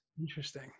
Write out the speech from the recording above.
Interesting